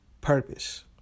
Purpose